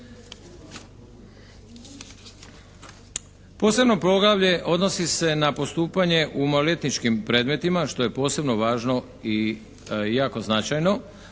Posebno poglavlje odnosi se na postupanje u maloljetničkim predmetima, što je posebno važno i jako značajno.